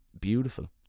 beautiful